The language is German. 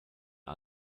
den